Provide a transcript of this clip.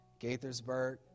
Gaithersburg